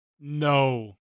no